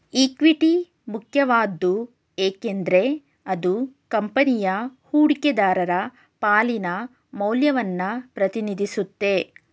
equity ಮುಖ್ಯವಾದ್ದು ಏಕೆಂದ್ರೆ ಅದು ಕಂಪನಿಯ ಹೂಡಿಕೆದಾರರ ಪಾಲಿನ ಮೌಲ್ಯವನ್ನ ಪ್ರತಿನಿಧಿಸುತ್ತೆ